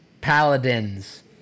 Paladins